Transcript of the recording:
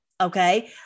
okay